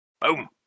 Boom